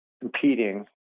competing